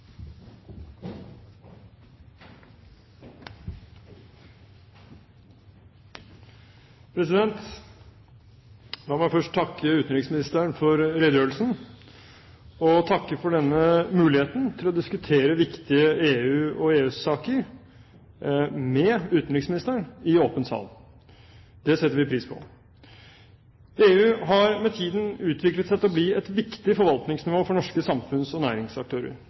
La meg først takke utenriksministeren for redegjørelsen og takke for denne muligheten til å diskutere viktige EU- og EØS-saker med utenriksministeren i åpen sal. Det setter vi pris på. EU har med tiden utviklet seg til å bli et viktig forvaltningsnivå for norske samfunns- og næringsaktører.